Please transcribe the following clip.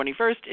21st